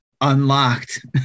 unlocked